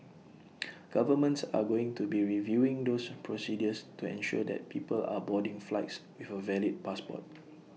governments are going to be reviewing those procedures to ensure that people are boarding flights with A valid passport